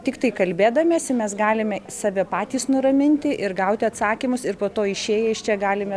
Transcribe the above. tiktai kalbėdamiesi mes galime save patys nuraminti ir gauti atsakymus ir po to išėję iš čia galime